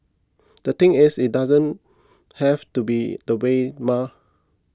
the thing is it doesn't have to be that way mah